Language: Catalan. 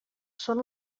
són